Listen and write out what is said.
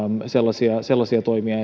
sellaisia sellaisia toimia